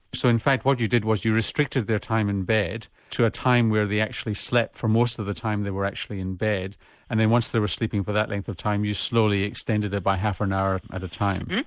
so in fact what you did was you restricted their time in bed to a time where they actually slept for most of the time they were actually in bed and then once they were sleeping for that length of time you slowly extended it by half an hour at a time.